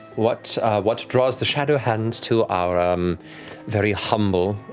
what what draws the shadowhand to our um very humble